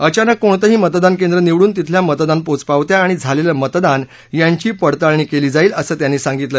अचानक कोणतंही मतदान केंद्र निवडून तिथल्या मतदान पोचपावत्या आणि झालेलं मतदान यांची पडताळणी केली जाईल असं त्यांनी सांगितलं